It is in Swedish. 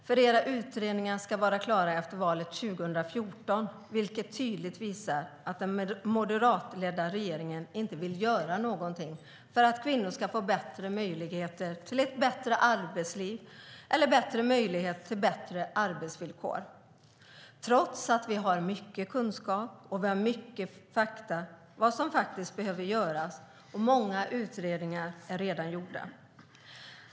Regeringens utredningar ska vara klara efter valet 2014, vilket tydligt visar att den moderatledda regeringen inte vill göra någonting för att kvinnor ska få möjligheter till ett bättre arbetsliv och till bättre arbetsvillkor, detta trots att vi har mycket kunskap och fakta om vad som behöver göras och många utredningar redan är gjorda.